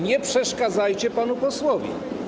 Nie przeszkadzajcie panu posłowi.